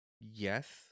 yes